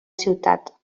ciutat